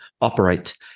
operate